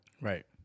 Right